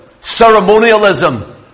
ceremonialism